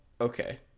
okay